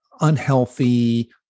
unhealthy